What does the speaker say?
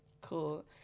cool